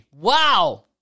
Wow